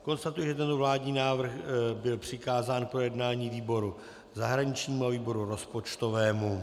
Konstatuji, že tento vládní návrh byl přikázán k projednání výboru zahraničnímu a výboru rozpočtovému.